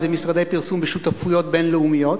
אלה משרדי פרסום בשותפויות בין-לאומיות,